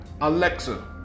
Alexa